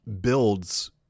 builds